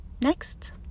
next